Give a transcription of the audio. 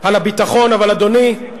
ועל הביטחון, אבל, אדוני,